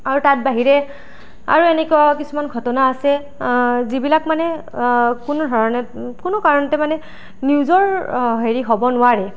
আৰু তাৰ বাহিৰে আৰু এনেকুৱা কিছুমান ঘটনা আছে যিবিলাক মানে কোনো ধৰণে কোনো কাৰণতে মানে নিউজৰ হেৰি হ'ব নোৱাৰে